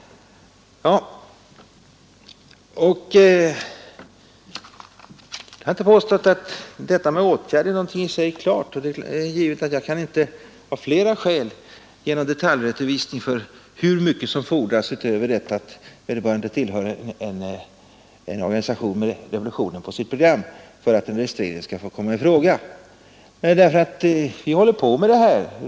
Jag har inte påstått att vidtagande av åtgärd är något i sig klart. Det är givet att jag av flera skäl inte kan ge någon detaljredovisning för hur mycket som fordras utöver det att vederbörande tillhör en organisation med revolutionen på sitt program för att en registrering skall få komma i fråga. Vi håller på med detta.